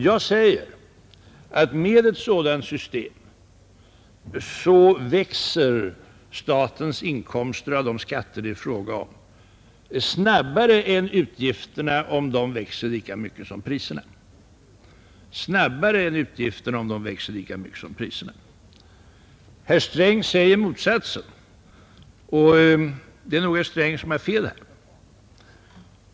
Jag säger att med ett sådant system växer statens inkomster av skatter snabbare än utgifterna, om de senare ökar lika mycket som priserna. Herr Sträng säger motsatsen. Det är herr Sträng som har fel här.